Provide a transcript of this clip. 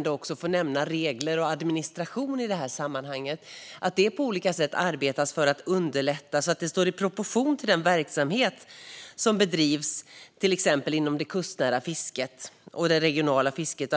mig också nämna regler och administration i det här sammanhanget. För Centerpartiets del känns det viktigt att det på olika sätt arbetas för att underlätta detta, så att det står i proportion till den verksamhet som bedrivs inom till exempel det kustnära fisket och det regionala fisket.